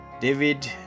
David